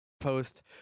post